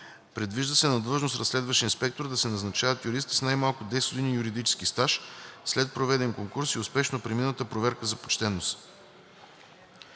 Предвижда се на длъжност „разследващ инспектор“ да се назначават юристи с най-малко 10 години юридически стаж след проведен конкурс и успешно премината проверка за почтеност.